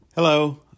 Hello